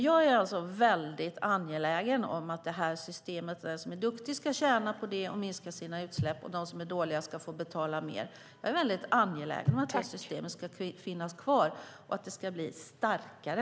Jag är mycket angelägen om detta system. Den som är duktig ska tjäna på att minska sina utsläpp, och den som är dålig ska få betala mer. Jag är mycket angelägen om att systemet ska finnas kvar och bli starkare.